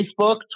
Facebook